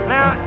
Now